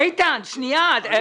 איתן, שנייה.